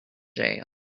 jail